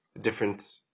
different